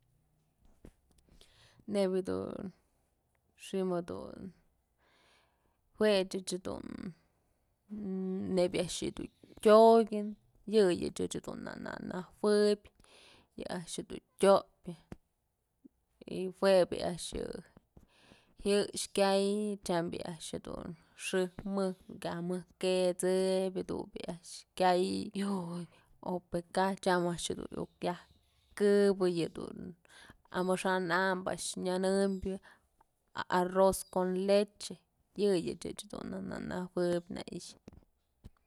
Nebyë dun xi'im jedun jue ëch jedun nebyë a'ax jedun tyokyën yëyëch ën dun na najuëb yë a'ax jedun tyopyë y jue bi'i a'ax yë jyëx kyaytyam bi'i a'ax jedun xëjk mëjk iuk yaj mëjkësëbyë jadun bi'i a'ax kyay iukë o pë kaj tyam a'ax jedun yaj këbë yëdun amaxa'an ambë a'ax dun nyënënbyë arroz con leche yëyëch dun na najuëb na i'ixë.